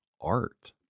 art